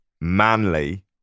manly